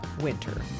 winter